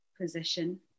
position